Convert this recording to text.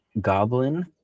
goblin